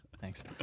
Thanks